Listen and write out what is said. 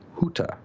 Huta